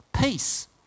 Peace